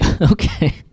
Okay